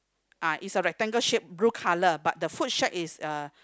ah is a rectangle shape blue color but the food shack is uh